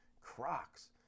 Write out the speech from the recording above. Crocs